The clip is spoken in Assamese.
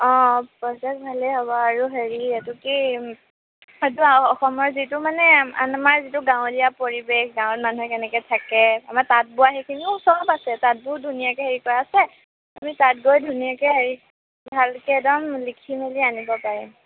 অঁ প্ৰজেক্ট ভালেই হ'ব আৰু হেৰি এইটো কি এইটো অসমৰ যিটো মানে আমাৰ যিটো গাঁৱলীয়া পৰিৱেশ গাঁৱৰ মানুহে কেনেকৈ থাকে আমাৰ তাঁত বোৱা সেইখিনিও চব আছে তাত বহুত ধুনীয়াকৈ হেৰি কৰা আছে আমি তাত গৈ ধুনীয়াকৈ হেৰি ভালকৈ একদম লিখি মেলি আনিব পাৰিম